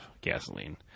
gasoline